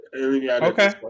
okay